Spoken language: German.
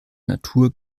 natur